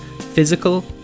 physical